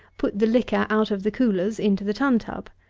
put the liquor out of the coolers into the tun-tub.